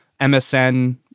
MSN